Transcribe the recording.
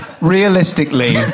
Realistically